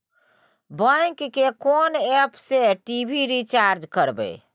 Bank के कोन app से टी.वी रिचार्ज करबे?